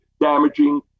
damaging